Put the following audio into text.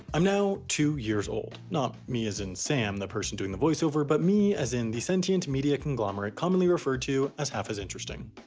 i'm now two years old. not me, as in, sam, the person doing the voiceover, but me, as in, the sentient media conglomerate commonly referred to as half as interesting.